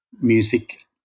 music